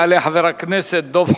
יעלה חבר הכנסת דב חנין,